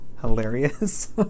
hilarious